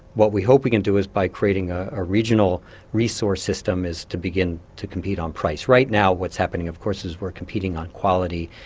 what we hope we can do is by creating a regional resource system is to begin to compete on price. right now, what's happened of course is we're competing on quality,